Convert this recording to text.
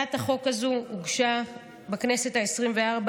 הצעת החוק הזו הוגשה בכנסת העשרים-וארבע